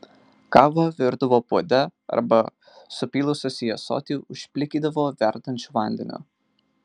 kavą virdavo puode arba supylusios į ąsotį užplikydavo verdančiu vandeniu